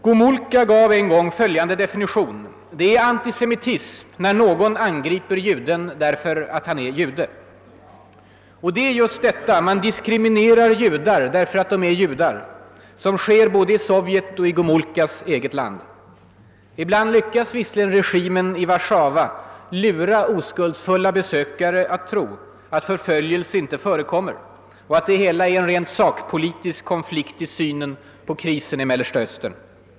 Gomulka gav en gång följande definition: »Det är antisemitism när någon angriper juden därför att han är jude.» Och det är just detta — man diskriminerar judar därför att de är judar — som sker både i Sovjetunionen och i Gomulkas eget land. Ibland lyckas visserligen regimen i Warszawa lura oskuldsfulla besökare att tro att förföljelse inte förekommer och att det hela är en rent sakpolitisk konflikt om synen på krisen i Mellersta Östern.